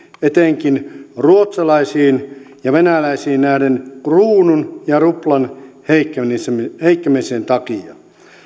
etenkin ruotsalaisiin ja venäläisiin nähden kruunun ja ruplan heikkenemisen heikkenemisen takia